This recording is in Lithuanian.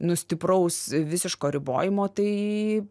nu stipraus visiško ribojimo tai